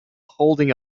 holding